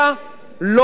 לא לגיטימית.